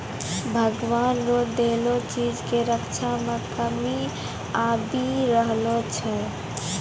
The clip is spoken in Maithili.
भगवान रो देलो चीज के रक्षा मे कमी आबी रहलो छै